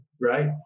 Right